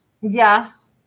Yes